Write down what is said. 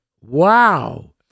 Wow